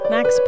Max